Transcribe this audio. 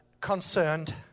concerned